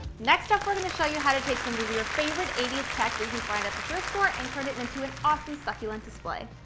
next up, we're going to show you how to take some of your favorite eighty s tech that you can find at the thrift store and turn it it into an awesome succulent display.